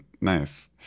Nice